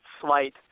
slight